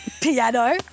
Piano